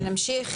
בנושא: